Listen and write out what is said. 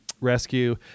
rescue